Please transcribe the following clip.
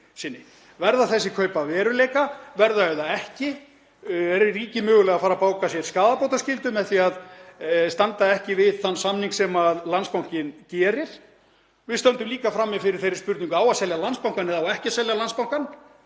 Verða þessi kaup að veruleika? Verða þau það ekki? Er ríkið mögulega að baka sér skaðabótaskyldu með því að standa ekki við þann samning sem Landsbankinn gerir? Við stöndum líka frammi fyrir þeirri spurningu: Á að selja Landsbankann eða á ekki að selja Landsbankann?